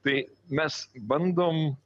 tai mes bandom